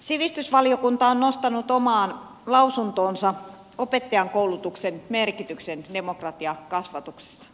sivistysvaliokunta on nostanut omaan lausuntoonsa opettajankoulutuksen merkityksen demokratiakasvatuksessa